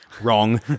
wrong